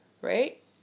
Right